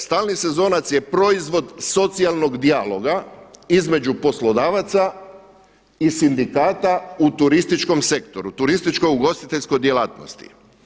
Stalni sezonac je proizvod socijalnog dijaloga između poslodavaca i sindikata u turističkom sektoru, turističko-ugostiteljskoj djelatnosti.